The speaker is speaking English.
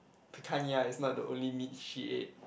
and is not the only meat she ate